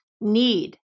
need